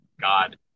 God